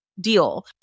deal